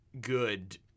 good